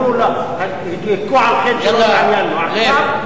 4491 ו-4492.